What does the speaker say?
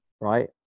right